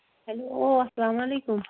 hello السلام علیکُم